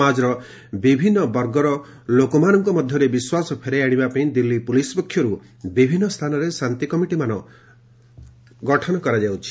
ସମାଜର ବିଭିନ୍ନ ବର୍ଗଙ୍କ ମଧ୍ୟରେ ବିଶ୍ୱାସ ଫେରାଇ ଆଶିବା ପାଇଁ ଦିଲ୍ଲୀ ପୋଲିସ୍ ପକ୍ଷରୁ ବିଭିନ୍ନ ସ୍ଥାନରେ ଶାନ୍ତି କମିଟି ବୈଠକ କରାଯାଉଛି